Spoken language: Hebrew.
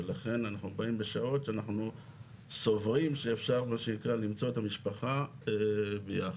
ולכן אנחנו באים בשעות שאנחנו סוברים שאפשר למצוא את המשפחה ביחד.